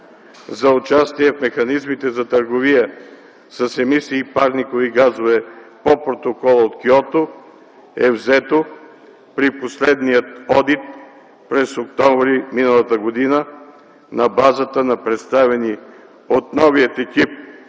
за участие в механизмите за търговия с емисии парникови газове по Протокола от Киото е взето при последния одит през октомври м.г. на базата на представени от новия екип